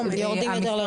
יורדים יותר לרזולוציה.